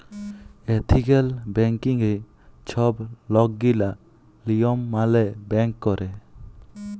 ethical ব্যাংকিংয়ে ছব লকগিলা লিয়ম মালে ব্যাংক ক্যরে